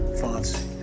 fonts